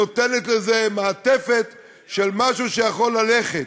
נותנת לזה מעטפת של משהו שיכול ללכת.